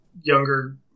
younger